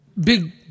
Big